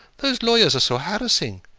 those lawyers are so harassing!